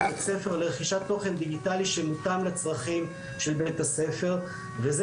בית ספר לרכישת תוכן דיגיטלי שמותאם לצרכים של בית הספר וזה